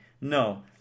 No